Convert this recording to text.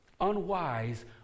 unwise